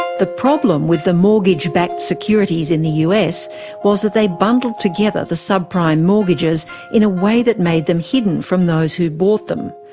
problem with the mortgage-backed securities in the us was that they bundled together the sub-prime mortgages in a way that made them hidden from those who bought them.